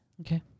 okay